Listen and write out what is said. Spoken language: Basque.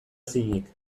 ezinik